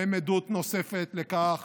הם עדות נוספת לכך